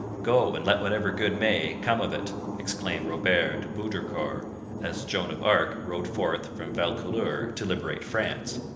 go, and let whatever good may, come of it exclaimed robert de baudricourt as joan of arc rode forth from vaucouleurs to liberate france.